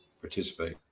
participate